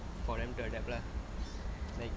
for them to adapt lah like